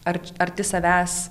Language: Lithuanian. ar arti savęs